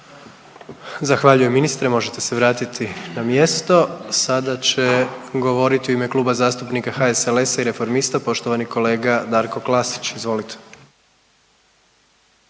Zahvaljujem ministre, možete se vratiti na mjesto. Sada će govoriti u ime Kluba zastupnika HSLS-a i Reformista poštovani kolega Darko Klasić. Izvolite.